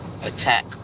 attack